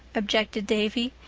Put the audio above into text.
objected davy.